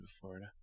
Florida